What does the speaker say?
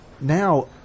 now